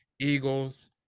Eagles